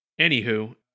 Anywho